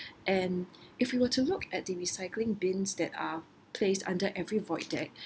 and if you were to look at the recycling bins that are placed under every void deck